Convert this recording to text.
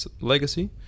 legacy